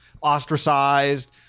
Ostracized